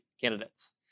candidates